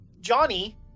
Johnny